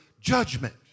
judgment